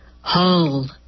hull